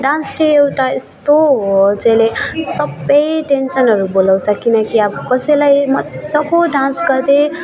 dance चाहिँ एउटा यस्तो हो जसले सब टेन्सनहरू भुलाउँछ किनकि अब कसैलाई मजाको डान्स गर्दै